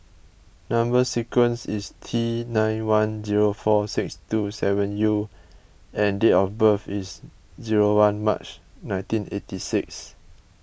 Number Sequence is T nine one zero four six two seven U and date of birth is zero one March nineteen eighty six